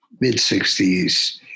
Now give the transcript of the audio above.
mid-60s